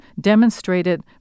demonstrated